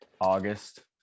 August